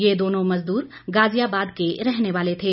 ये दोनों मज़दूर गाजियाबाद के रहने वाले थे